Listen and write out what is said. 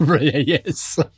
yes